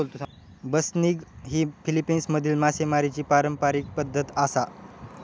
बसनिग ही फिलीपिन्समधली मासेमारीची पारंपारिक पद्धत आसा